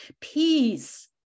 peace